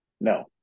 No